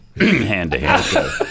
hand-to-hand